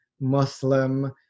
Muslim